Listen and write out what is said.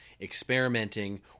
experimenting